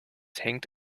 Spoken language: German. hängt